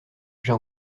j’ai